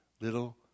little